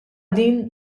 din